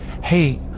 Hey